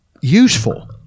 useful